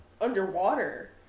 underwater